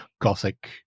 gothic